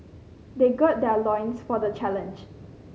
they gird their loins for the challenge